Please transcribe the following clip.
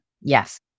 Yes